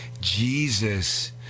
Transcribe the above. Jesus